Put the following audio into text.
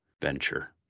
venture